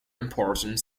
important